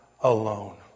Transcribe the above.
alone